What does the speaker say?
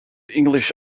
english